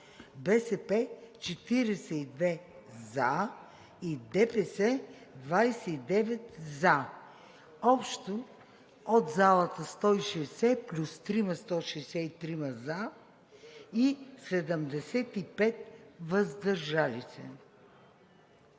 БСП – 42 за, и ДПС – 29 за. Общо от залата 160 плюс 3 – 163 за, и 75 въздържали се.